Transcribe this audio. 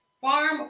farm